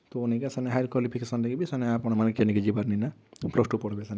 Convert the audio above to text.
ତ ନାଇ କାଏଁ ସେନେ ହାଇୟର୍ କ୍ୱାଲିଫିକେସନ୍ ଦେଇକି ବି ସେନେ ଆପଣମାନ୍କେ କେନ୍କେ ବି ଯିବାର୍ ନାଇ ନା ପ୍ଲସ୍ ଟୁ ପଢ଼୍ବେ ସେନେ